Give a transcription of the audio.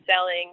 selling